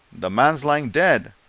the man's lying dead!